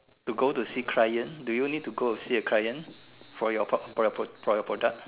to go see client do you need to go to see a client for you pro~ for your pro~ for your product